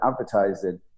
advertising